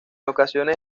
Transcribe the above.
ocasiones